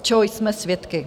Čeho jsme svědky?